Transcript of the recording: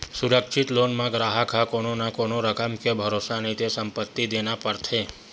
सुरक्छित लोन म गराहक ह कोनो न कोनो रकम के भरोसा नइते संपत्ति देना परथे